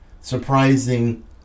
surprising